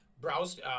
Browse